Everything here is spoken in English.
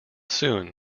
soon